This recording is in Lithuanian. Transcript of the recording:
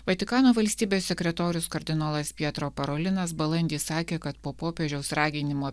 vatikano valstybės sekretorius kardinolas pietro parolinas balandį sakė kad po popiežiaus raginimo